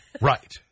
Right